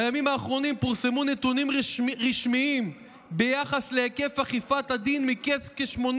בימים האחרונים פורסמו נתונים רשמיים ביחס להיקף אכיפת הדין מקץ כ-80